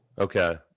Okay